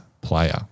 player